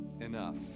enough